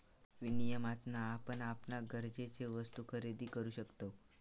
विनियमातना आपण आपणाक गरजेचे वस्तु खरेदी करु शकतव